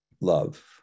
love